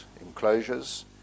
enclosures